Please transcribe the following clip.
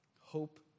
Hope